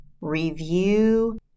review